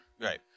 Right